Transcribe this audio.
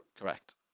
Correct